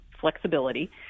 flexibility